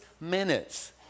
minutes